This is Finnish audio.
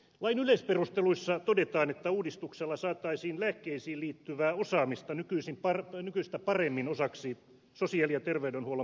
lain yleisperusteluissa todetaan että uudistuksella saataisiin lääkkeisiin liittyvää osaamista nykyistä paremmin osaksi sosiaali ja terveydenhuollon palvelujärjestelmää